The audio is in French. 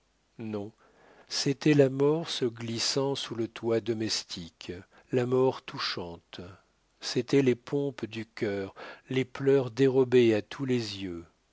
non c'était la mort se glissant sous le toit domestique la mort touchante c'était les pompes du cœur les pleurs dérobés à tous les yeux